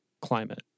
climate